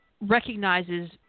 recognizes